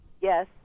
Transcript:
Yes